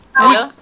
Hello